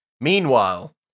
meanwhile